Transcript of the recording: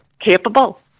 capable